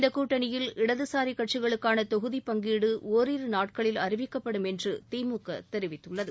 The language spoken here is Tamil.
இந்த கூட்டணியில் இடதுசாரி கட்சிகளுக்கான தொகுதிப் பங்கீடு ஒரிரு நாட்களில் அறிவிக்கப்படும் என்று திமுக தெரிவித்துள்ளது